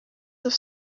have